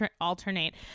alternate